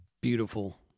Beautiful